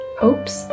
hopes